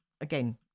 again